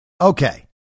Okay